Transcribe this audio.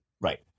Right